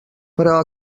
però